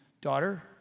daughter